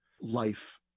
life